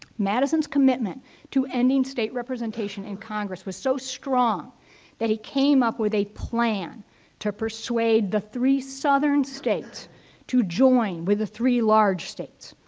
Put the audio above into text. madison's commitment to ending state representation in congress was so strong that he came up with a plan to persuade the three southern states to join with the three large states.